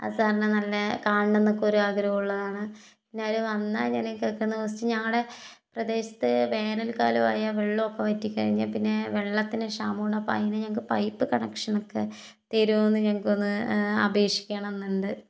ആ സാറിനെ നല്ല കാണണം എന്നൊക്കെ ഒരു ആഗ്രഹം ഉള്ളതാണ് പിന്നെ അവർ വന്നാൽ ഞങ്ങളുടെ പ്രദേശത്തെ വേനല്ക്കാലം ആയാൽ വെള്ളമൊക്കെ വറ്റിക്കഴിഞ്ഞാൽ പിന്നെ വെള്ളത്തിനു ക്ഷാമമാണ് അതിനു ഞങ്ങള്ക്ക് പൈപ്പ് കണക്ഷനൊക്കെ തരുമോയെന്ന് ഞങ്ങള്ക്കൊന്ന് അപേക്ഷിക്കണം എന്നുണ്ട്